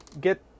get